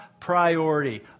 priority